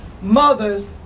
mothers